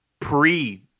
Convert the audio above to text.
Pre